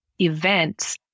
events